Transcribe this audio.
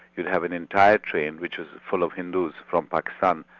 you'd have an entire train which was full of hindus from pakistan,